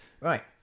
right